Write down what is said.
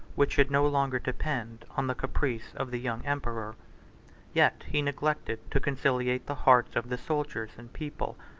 which should no longer depend on the caprice of the young emperor yet he neglected to conciliate the hearts of the soldiers and people,